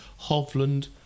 Hovland